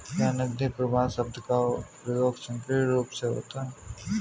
क्या नकदी प्रवाह शब्द का प्रयोग संकीर्ण रूप से होता है?